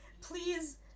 please